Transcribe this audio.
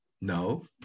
No